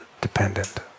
dependent